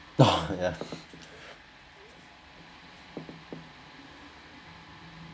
oh ya